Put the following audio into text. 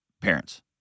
parents